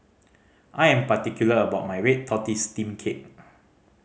I am particular about my red tortoise steamed cake